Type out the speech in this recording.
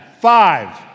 Five